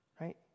Right